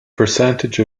percentage